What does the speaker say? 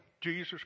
Jesus